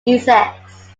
essex